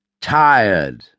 Tired